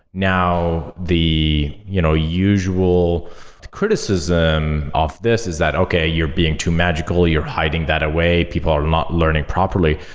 now, the you know usual criticism of this is that, okay, you're being too magical. you're hiding that way. people are not learning learning properly.